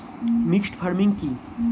Mixed farming কি?